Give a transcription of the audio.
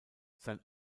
sein